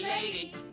lady